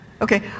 Okay